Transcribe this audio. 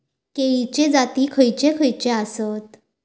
केळीचे जाती खयचे खयचे आसत?